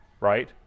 right